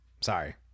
sorry